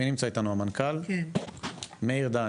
המנכ"ל מאיר דהן,